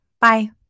Bye